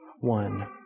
one